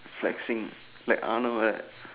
like see like I don't know like